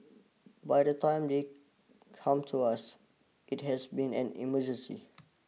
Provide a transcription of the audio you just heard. by the time they come to us it has been an emergency